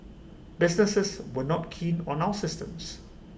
businesses were not keen on our systems